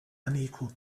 unequal